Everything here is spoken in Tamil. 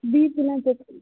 பிபியெலாம் செக்